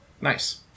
Nice